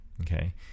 Okay